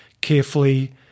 carefully